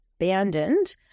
abandoned